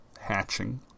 hatching